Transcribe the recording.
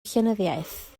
llenyddiaeth